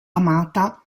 amata